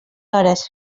hores